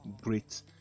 great